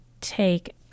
take